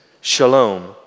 Shalom